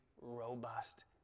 robust